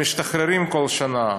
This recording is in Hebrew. שמשתחררים בכל שנה.